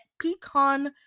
pecan